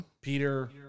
Peter